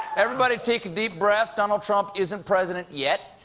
everybody take a deep breath. donald trump isn't president yet.